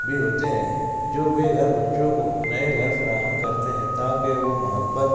بھی ہوتے ہیں جو بےگھر بچوں کو نئے گھر فراہم کرتے ہیں تاکہ وہ محبت